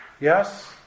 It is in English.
Yes